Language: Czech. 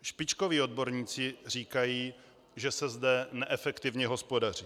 Špičkoví odborníci říkají, že se zde neefektivně hospodaří.